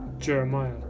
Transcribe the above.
Jeremiah